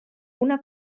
una